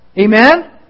Amen